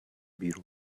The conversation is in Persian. بیرون